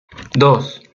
dos